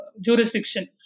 jurisdiction